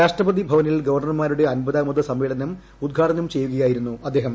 രാഷ്ട്രപതി ഭവനിൽ ഗവർണർമാരുടെ അമ്പതാമത് സമ്മേളനം ഉദ്ഘാടനം ചെയ്യുകയായിരുന്നു അദ്ദേഹം